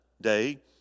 day